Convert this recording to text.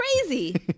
crazy